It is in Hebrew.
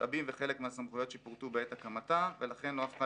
משאבים וחלק מהסמכויות שפורטו בעת הקמתה ולכן לא הפכה